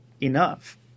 enough